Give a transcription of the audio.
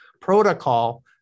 protocol